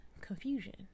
confusion